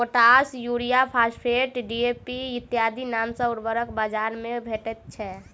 potash, urea, phosphate, DAP इत्यादि नामक उर्वरक बाजार मे भेटैत छै